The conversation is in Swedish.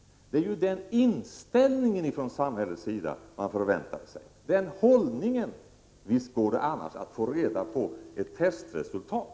Det är den inställning och hållning man förväntar sig från samhällets sida. Visst går det annars att få reda på ett testresultat.